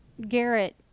Garrett